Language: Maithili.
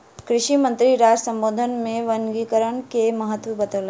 कृषि मंत्री राष्ट्र सम्बोधन मे वनीकरण के महत्त्व बतौलैन